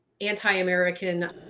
anti-American